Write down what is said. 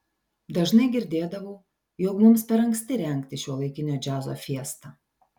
dažnai girdėdavau jog mums per anksti rengti šiuolaikinio džiazo fiestą